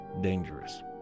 dangerous